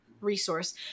resource